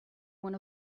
one